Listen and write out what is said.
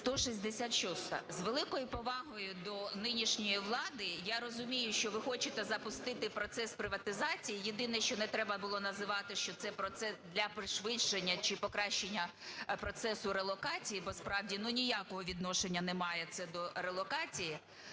166-а. З великою повагою до нинішньої влади, я розумію, що ви хочете запустити процес приватизації. Єдине, що не треба було називати, що це процес для пришвидшення чи покращення процесу релокації, бо справді, ну, ніякого відношення не має це до релокації.